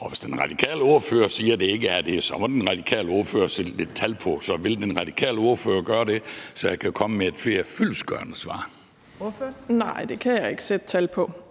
hvis den radikale ordfører siger, at det ikke er det, må den radikale ordfører sætte tal på? Vil den radikale ordfører gøre det, så jeg kan give dem et mere fyldestgørende svar? Kl. 14:27 Tredje næstformand